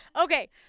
Okay